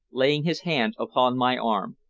laying his hand upon my arm.